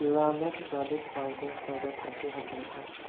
ꯄꯨꯔꯥꯃꯦꯠ garlic powder product ꯑꯁꯤ ꯍꯟꯗꯣꯛꯈꯣ